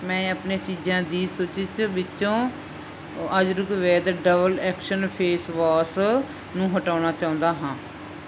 ਮੈਂ ਆਪਣੀਆਂ ਚੀਜ਼ਾਂ ਦੀ ਸੂਚੀ ਚ ਵਿੱਚੋਂ Ayurveda double action face wash ਨੂੰ ਹਟਾਉਣਾ ਚਾਹੁੰਦਾ ਹਾਂ